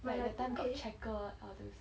but that time got check out others